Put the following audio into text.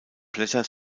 blätter